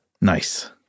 Nice